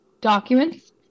documents